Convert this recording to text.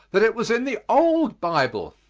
that it was in the old bible.